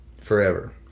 forever